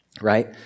right